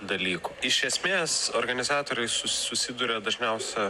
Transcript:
dalykų iš esmės organizatoriai susi susiduria dažniausia